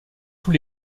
tous